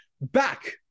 back